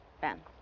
Ben